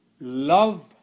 love